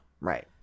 right